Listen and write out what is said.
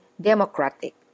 democratic